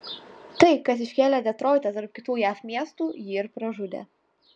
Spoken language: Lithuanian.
tai kas iškėlė detroitą tarp kitų jav miestų jį ir pražudė